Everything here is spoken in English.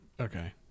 okay